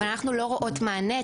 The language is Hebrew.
אבל אנחנו לא רואות מענה,